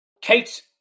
Kate